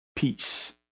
Peace